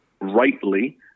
rightly